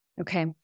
Okay